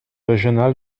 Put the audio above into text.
régional